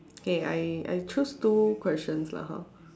okay I I choose two questions lah hor